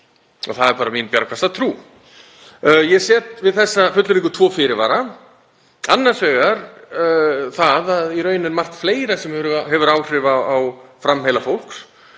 Það er bara mín bjargfasta trú. Ég set við þessa fullyrðingu tvo fyrirvara. Annars vegar það að í raun er margt fleira sem hefur áhrif á framheila fólks,